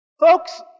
Folks